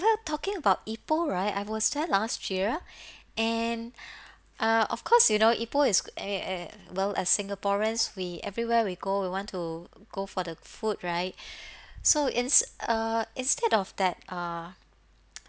talking about ipoh right I was there last year and uh of course you know ipoh is eh eh well as singaporeans we everywhere we go we want to go for the food right so ins~ uh instead of that ah